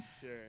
Sure